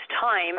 time